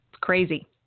crazy